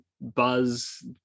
buzz